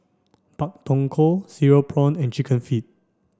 Pak Thong Ko Cereal Prawn and chicken feet